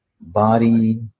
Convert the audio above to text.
body